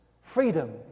freedom